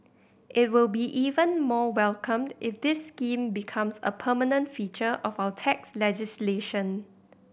it will be even more welcomed if this scheme becomes a permanent feature of our tax legislation